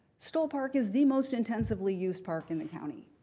stoll park is the most intensively used park in the county.